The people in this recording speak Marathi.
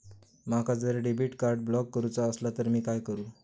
माका जर डेबिट कार्ड ब्लॉक करूचा असला तर मी काय करू?